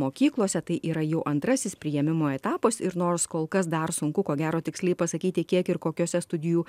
mokyklose tai yra jau antrasis priėmimo etapas ir nors kol kas dar sunku ko gero tiksliai pasakyti kiek ir kokiose studijų